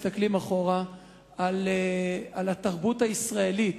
אנחנו מסתכלים אחורה על התרבות הישראלית,